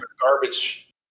garbage